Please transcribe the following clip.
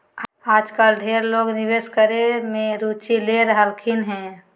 आजकल ढेर लोग निवेश करे मे रुचि ले रहलखिन हें